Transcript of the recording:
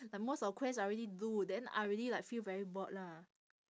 like most of quest I already do then I already like feel very bored lah